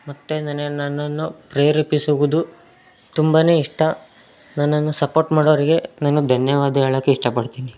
ಮತ್ತು ನನ್ನನ್ನು ಪ್ರೇರೇಪಿಸುವುದು ತುಂಬಾ ಇಷ್ಟ ನನ್ನನ್ನು ಸಪೋರ್ಟ್ ಮಾಡೋರಿಗೆ ನಾನು ಧನ್ಯವಾದ ಹೇಳೋಕ್ಕೆ ಇಷ್ಟಪಡ್ತೀನಿ